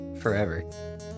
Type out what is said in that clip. forever